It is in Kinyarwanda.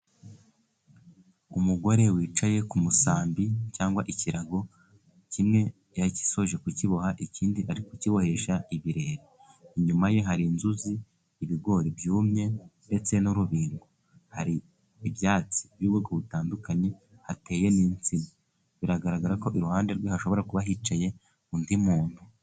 Umugore wicaye ku musambi, cyangwa ikirago, kimwe yagisoje kukiboha, ikindi ari kukibohesha ibirere. Inyuma ye hari inzuzi, ibigori byumye, ndetse n'urubingo, hari ibyatsi by'ubwoko butandukanye, hateye n'insina. Biragaragara ko iruhande rwe, hashobora kuba hicaye undi muntu.